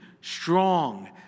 strong